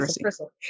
Crystal